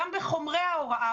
גם בחומרי ההוראה,